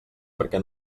perquè